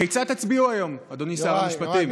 כיצד תצביעו היום, אדוני שר המשפטים?